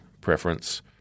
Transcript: preference